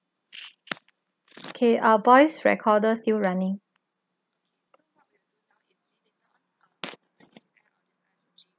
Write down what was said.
K ah boys recorder still running